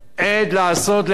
עת לעשות לה'.